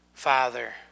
father